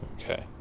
Okay